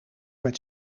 met